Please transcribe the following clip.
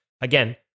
Again